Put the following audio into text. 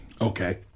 Okay